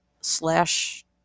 slash